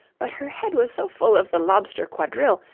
but her head was so full of the lobster quadrille,